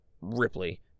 Ripley